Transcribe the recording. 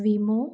विमो